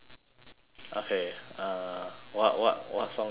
okay uh what what what song you want me to sing